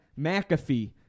McAfee